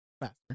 faster